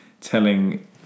Telling